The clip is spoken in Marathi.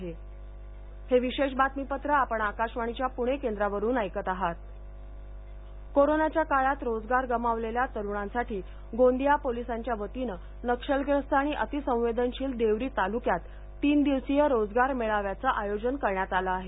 गोंदिया मेळावा कोरोनाच्या काळात रोजगार गमावलेल्या तरुणांसाठी गोंदिया पोलिसांच्यावतीने नक्षलग्रस्त आणि अतिसंवेदनशील देवरी तालूक्यात तीन दिवसीय रोजगार मेळाव्याचे आयोजन करण्यात आल आहे